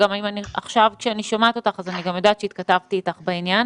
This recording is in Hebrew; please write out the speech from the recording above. ועכשיו כשאני שומעת אותך אני גם יודעת שהתכתבתי איתך בעניין,